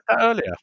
earlier